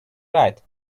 right